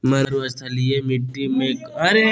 मरुस्थलीय मिट्टी मैं कौन फसल के उपज सबसे अच्छा होतय?